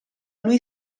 lui